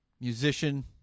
musician